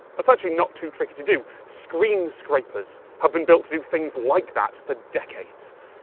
that's actually not too tricky to do screen-scrapers have been built to do things like that for decades.